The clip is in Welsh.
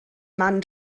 man